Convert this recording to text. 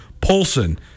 Polson